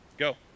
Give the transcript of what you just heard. go